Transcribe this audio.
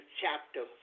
chapter